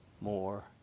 more